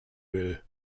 will